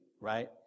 right